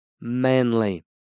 manly